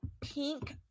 pink